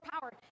power